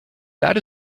that